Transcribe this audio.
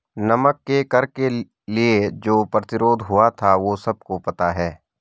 नमक के कर के लिए जो प्रतिरोध हुआ था वो सबको पता है